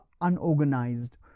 unorganized